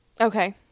Okay